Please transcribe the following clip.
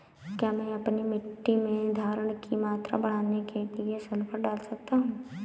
क्या मैं अपनी मिट्टी में धारण की मात्रा बढ़ाने के लिए सल्फर डाल सकता हूँ?